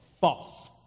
false